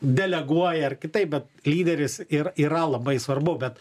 deleguoja ar kitaip bet lyderis ir yra labai svarbu bet